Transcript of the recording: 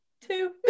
two